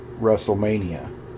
WrestleMania